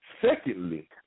Secondly